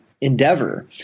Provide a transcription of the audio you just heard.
endeavor